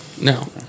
no